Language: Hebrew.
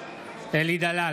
אלי דלל,